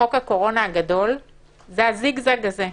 בחוק הקורונה הגדול זה הזיג-זג הזה,